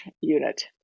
Unit